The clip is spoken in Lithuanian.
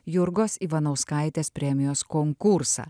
jurgos ivanauskaitės premijos konkursą